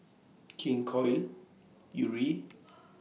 King Koil Yuri